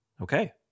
Okay